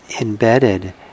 embedded